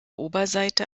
oberseite